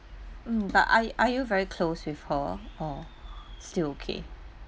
mm but are y~ are you very close with her or still okay